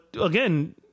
again